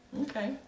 Okay